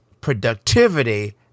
productivity